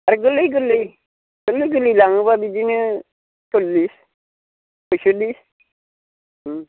आरो गोरलै गोरलै लाङोबा बिदिनो सल्लिस पयसल्लिस